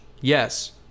Yes